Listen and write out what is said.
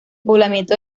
poblamiento